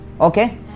okay